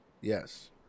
Yes